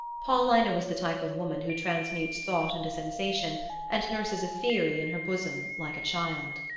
paulina was the type of woman who transmutes thought into sensation and nurses a theory in her bosom like a child.